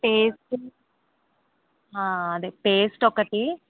paste అదే paste ఒకటి